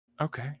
Okay